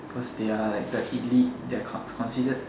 cause they are like the elite they're con~ they're considered